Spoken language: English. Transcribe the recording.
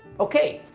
okay,